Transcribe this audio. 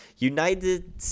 United